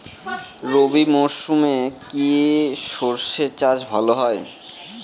রবি মরশুমে কি সর্ষে চাষ ভালো হয়?